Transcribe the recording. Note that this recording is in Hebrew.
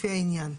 לפי העניין.